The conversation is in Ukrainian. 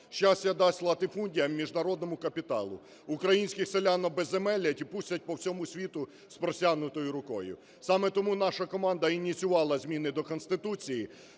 щастя дасть латифундія міжнародному капіталу, українських селян обезземелять і пустять по всьому світу з простягнутою рукою. Саме тому наша команда ініціювала зміни до Конституції,